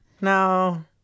no